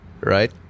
right